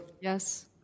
Yes